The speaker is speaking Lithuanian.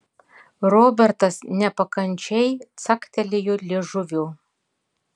robertas nepakančiai caktelėjo liežuviu